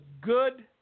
good